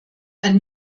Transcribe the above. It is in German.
ein